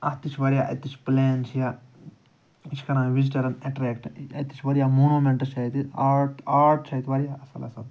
اَتھ تہِ چھِ واریاہ اَتہِ تہِ چھِ پٕلین چھِ یا یہِ چھِ کران وِزٹَرَن اَٹریکٹہٕ اَتہِ تہِ چھِ واریاہ مانومیٚنٹٕس چھِ اَتہِ آرٹ آرٹ چھُ اَتہِ واریاہ اصٕل اصٕل